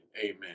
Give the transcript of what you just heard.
amen